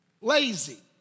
Lazy